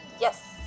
Yes